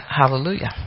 Hallelujah